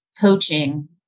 coaching